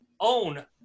own